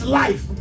life